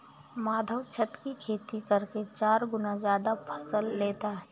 माधव छत की खेती करके चार गुना ज्यादा फसल लेता है